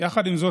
יחד עם זאת,